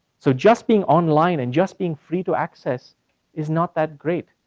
so just being online and just being free to access is not that great.